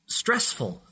stressful